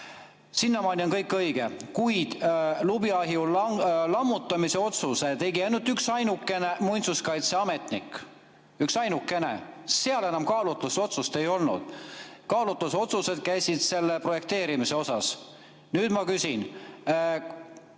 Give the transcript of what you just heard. Sinnamaani on kõik õige. Kuid lubjaahju lammutamise otsuse tegi üksainukene muinsuskaitseametnik. Üksainukene. Seal enam kaalutlusotsust ei olnud, kaalutlusotsused käisid projekteerimise kohta. Ma küsin